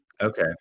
Okay